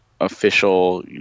official